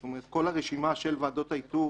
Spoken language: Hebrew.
זאת אומרת: כל הרשימה של ועדות האיתור